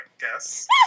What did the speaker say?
guess